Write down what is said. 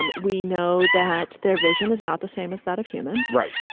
um we know that their vision is not the same as that of humans. right.